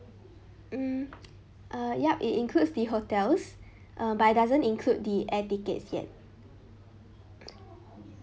mm uh yup it includes the hotels uh but it doesn't include the air tickets yet